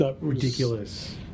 ridiculous